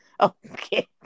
okay